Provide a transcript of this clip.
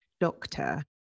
doctor